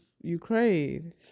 Ukraine